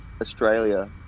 Australia